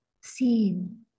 seen